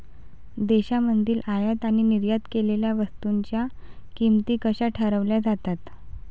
देशांमधील आयात आणि निर्यात केलेल्या वस्तूंच्या किमती कशा ठरवल्या जातात?